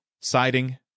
siding